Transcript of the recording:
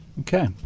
Okay